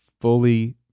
fully